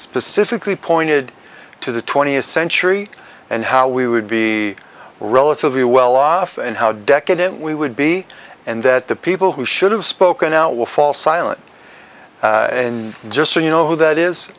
specifically pointed to the twentieth century and how we would be relatively well off and how decadent we would be and that the people who should have spoken now will fall silent and just so you know that is